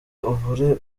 ubure